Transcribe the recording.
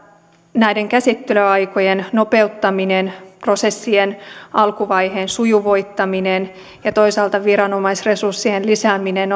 näiden käsittelyaikojen nopeuttaminen prosessien alkuvaiheen sujuvoittaminen ja toisaalta viranomaisresurssien lisääminen